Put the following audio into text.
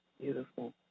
beautiful